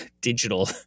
digital